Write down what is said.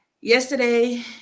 Yesterday